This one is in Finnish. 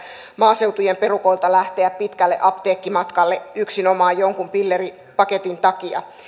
maaseutujen perukoilta lähteä pitkälle apteekkimatkalle yksinomaan jonkun pilleripaketin takia